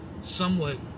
somewhat